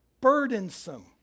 burdensome